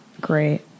great